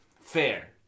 Fair